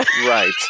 Right